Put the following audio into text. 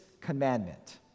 commandment